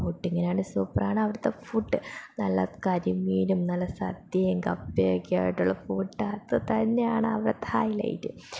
ബോട്ടിങ്ങിനെക്കാള് സൂപ്പറാണ് അവിടുത്തെ ഫുഡ് നല്ല കരിമീനും നല്ല സദ്യയും കപ്പയൊക്കെ ആയിട്ടുള്ള ഫുഡ് അതു തന്നെയാണ് അവിടത്തെ ഹൈലൈറ്റ്